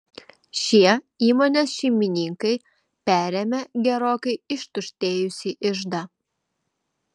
šie įmonės šeimininkai perėmė gerokai ištuštėjusį iždą